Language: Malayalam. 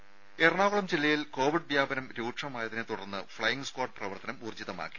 ദരര എറണാകുളം ജില്ലയിൽ കോവിഡ് വ്യാപനം രൂക്ഷമായതിനെ തുടർന്ന് ഫ്ളൈയിംഗ് സ്ക്വാഡ് പ്രവർത്തനം ഊർജ്ജിതമാക്കി